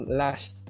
last